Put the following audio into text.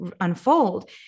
unfold